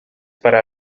para